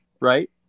right